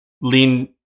lean